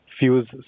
fuse